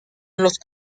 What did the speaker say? los